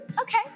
Okay